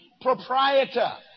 proprietor